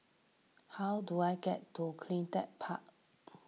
how do I get to CleanTech Park